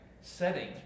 setting